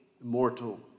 immortal